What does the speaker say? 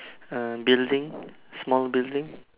uh building small building